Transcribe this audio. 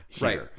Right